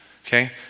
Okay